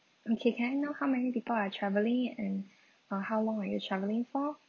okay can I know how many people are travelling and uh how long are you travelling for